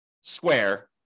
square